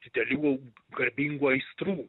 didelių garbingų aistrų